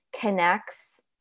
connects